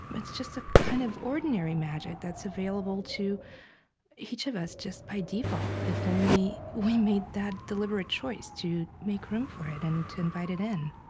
it's just a kind of ordinary magic that's available to each of us just by default, if only we made that deliberate choice to make room for it and to invite it in